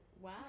Wow